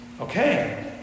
okay